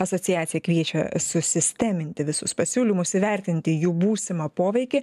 asociacija kviečia susisteminti visus pasiūlymus įvertinti jų būsimą poveikį